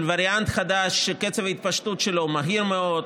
של וריאנט חדש שקצב ההתפשטות שלו מהיר מאוד,